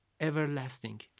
everlasting